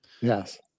Yes